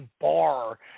bar